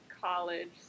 college